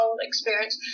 experience